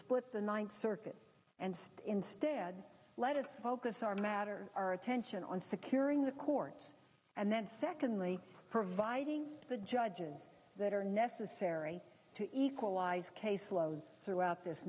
split the ninth circuit and instead let it focus our matter our attention on securing the court and then secondly providing the judges that are necessary to equalize caseload throughout this